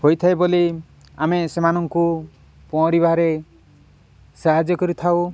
ହୋଇଥାଏ ବୋଲି ଆମେ ସେମାନଙ୍କୁ ପରଁରିବାରେ ସାହାଯ୍ୟ କରିଥାଉ